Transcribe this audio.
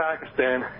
Pakistan